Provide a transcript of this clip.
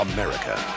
America